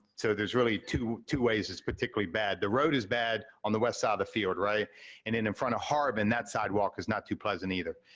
so there's really two two ways it's particularly bad. the road is bad on the west side of the field, right? and then in front of harbin, that sidewalk is not too pleasant, either.